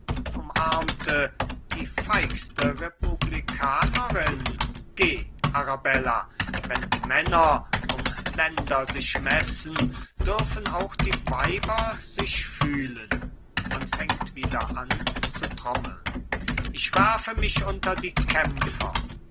umarmte die feigste republikanerin geh arabella wenn die männer um länder sich messen dürfen auch die weiber sich fühlen man fängt wieder an zu tromtrommeln ich werfe mich unter die kämpfer